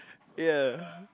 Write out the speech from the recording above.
ya